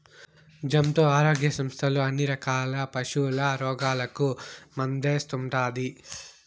జంతు ఆరోగ్య సంస్థలు అన్ని రకాల పశుల రోగాలకు మందేస్తుండారు